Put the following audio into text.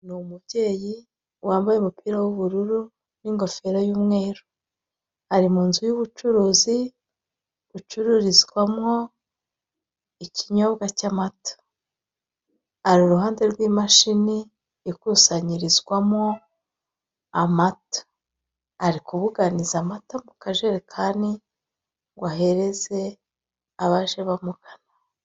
Ni umubyeyi wambaye umupira w'ubururu n'ingofero y'umweru, ari mu nzu y'ubucuruzi bucururizwa mo ikinyobwa cy'amata, ari uruhande rw'imashini ikusanyiririzwa mo amata, ari kubuganiza amata mu kajerekani ngo ahereze abaje bamugana.